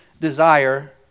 desire